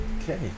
Okay